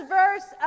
verse